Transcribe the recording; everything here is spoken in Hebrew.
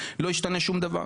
לא ישתנה שום דבר,